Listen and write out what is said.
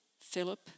Philip